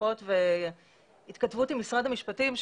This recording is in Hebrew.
משיחות והתכתבות עם משרד המשפטים,